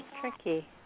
tricky